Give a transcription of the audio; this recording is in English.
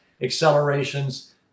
accelerations